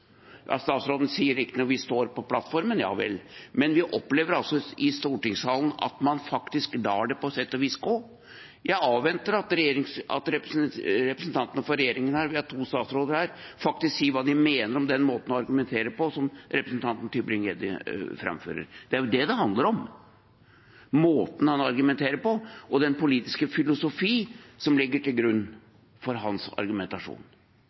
Statsråden sier riktignok: Vi står på plattformen. Ja vel, men vi opplever altså i stortingssalen at man på sett og vis lar det gå. Jeg avventer at representantene for regjeringen – vi har to statsråder her – sier hva de mener om representanten Tybring-Gjeddes måte å argumentere på. Det er jo det det handler om, måten han argumenterer på, og den politiske filosofien som ligger til grunn for hans argumentasjon.